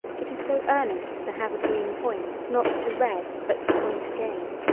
it is so earnest to have a green point not to red but to point again.